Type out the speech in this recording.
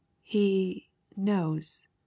He—knows